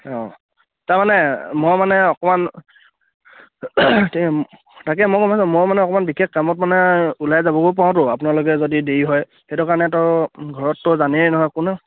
অঁ তাৰমানে মই মানে অকণমান তাকে মই মই মানে অকণমান বিশেষ কামত মানে ওলাই যাবগৈও পাৰোতো আপোনালোকে যদি দেৰি হয় সেইটো কাৰণে তৌ ঘৰততো জানিয়েই নহয় কোনো